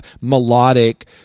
melodic